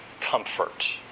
comfort